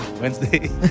Wednesday